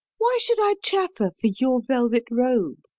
why should i chaffer for your velvet robe?